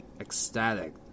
ecstatic